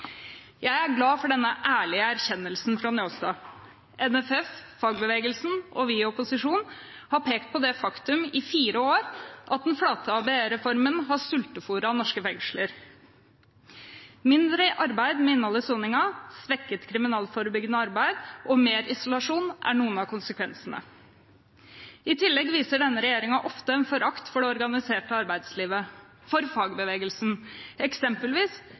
Jeg er glad for denne ærlige erkjennelsen fra Njåstad. NFF, fagbevegelsen og vi i opposisjonen har i fire år pekt på det faktum at den flate ABE-reformen har sulteforet norske fengsler. Mindre arbeid med innholdet i soningen, svekket kriminalforebyggende arbeid og mer isolasjon er noen av konsekvensene. I tillegg viser denne regjeringen ofte en forakt for det organiserte arbeidslivet, for fagbevegelsen, eksempelvis